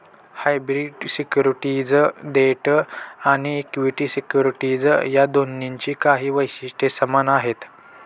hybrid securities debt आणि equity securities या दोन्हींची काही वैशिष्ट्ये समान आहेत